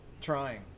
trying